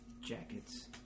Jackets